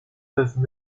peuvent